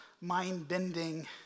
mind-bending